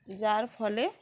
যার ফলে